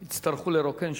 כן, כן,